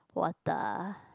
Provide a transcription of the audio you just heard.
water